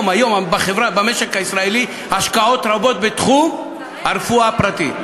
במשק הישראלי יש היום השקעות רבות בתחום הרפואה הפרטית.